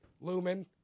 lumen